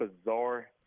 bizarre